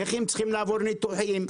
נכים צריכים לעבור ניתוחים,